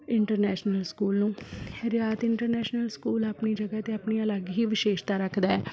international school ਨੂੰ Riyat international school ਆਪਣੀ ਜਗ੍ਹਾ 'ਤੇ ਆਪਣੀਆਂ ਅਲੱਗ ਹੀ ਵਿਸ਼ੇਸ਼ਤਾ ਰੱਖਦਾ ਹੈ